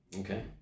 Okay